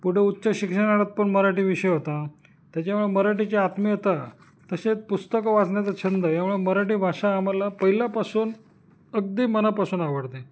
पुढे उच्च शिक्षणात पण मराठी विषय होता त्याच्यामुळे मराठीची आत्मीयता तसेच पुस्तकं वाचण्याचा छंद यामुळे मराठी भाषा आम्हाला पहिल्यापासून अगदी मनापासून आवडते